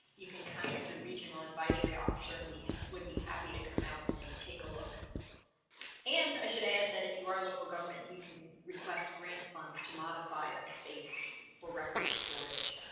you can contact your regional advisory officer, and we would be happy to come out and take a look and i should add that. if you are a local government, you can request grant funds to modify a space for record storage